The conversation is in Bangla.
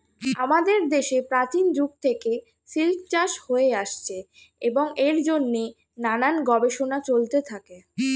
আমাদের দেশে প্রাচীন যুগ থেকে সিল্ক চাষ হয়ে আসছে এবং এর জন্যে নানান গবেষণা চলতে থাকে